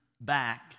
back